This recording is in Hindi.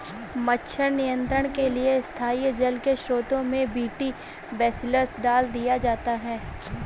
मच्छर नियंत्रण के लिए स्थानीय जल के स्त्रोतों में बी.टी बेसिलस डाल दिया जाता है